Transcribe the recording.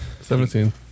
Seventeen